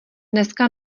dneska